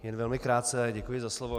Jen velmi krátce, děkuji za slovo.